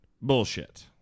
bullshit